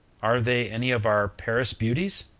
are they any of our paris beauties?